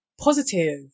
positive